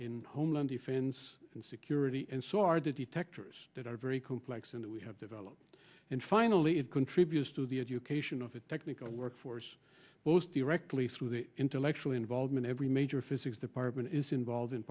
in homeland defense and security and so are the detectors that are very complex and we have developed and finally it contributes to the education of a technical workforce most directly through the intellectual involvement every major physics department is involved in